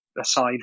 aside